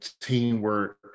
teamwork